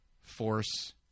force